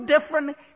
different